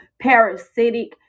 parasitic